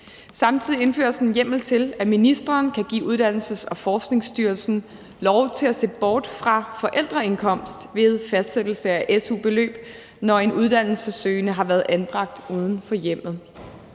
Samtidig indføres en hjemmel til, at ministeren kan give Uddannelses- og Forskningsstyrelsen lov til at se bort fra forældreindkomst ved fastsættelse af su-beløb, når en uddannelsessøgende har været anbragt uden for hjemmet.